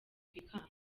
ikamba